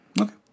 Okay